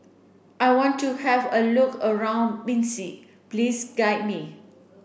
I want to have a look around Minsk Please guide me